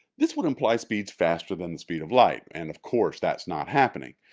this would imply speeds faster than the speed of light. and of course that's not happening,